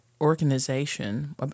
organization